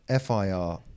FIR